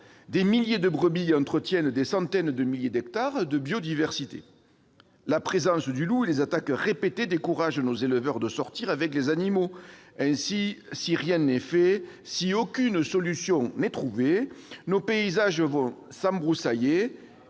Des milliers de brebis y entretiennent des centaines de milliers d'hectares de biodiversité. La présence du loup et les attaques répétées découragent nos éleveurs de sortir avec les animaux. Ainsi, si rien n'est fait, si aucune solution n'est trouvée, nos paysages vont s'embroussailler